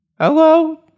Hello